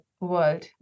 world